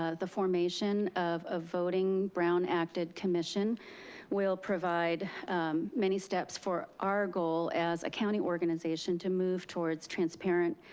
ah the formation of a voting, brown-acted commission will provide many steps for our goal as a county organization to move towards transparent,